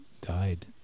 died